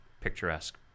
picturesque